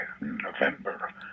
November